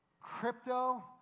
crypto